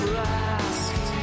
last